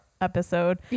episode